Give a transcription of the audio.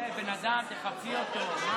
בן אדם, תכבדי אותו.